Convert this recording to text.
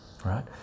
Right